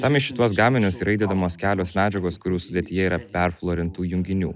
tam į šituos gaminius yra įdedamos kelios medžiagos kurių sudėtyje yra perflorintų junginių